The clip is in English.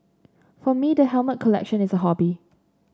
for me the helmet collection is a hobby